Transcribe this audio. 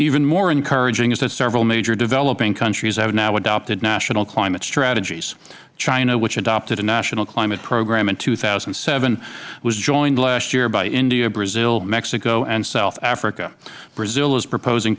even more encouraging is that several major developing countries have now adopted national climate strategies china which adopted a national climate program in two thousand and seven was joined last year by india brazil mexico and south africa brazil is proposing